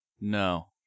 No